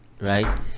right